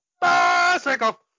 bicycle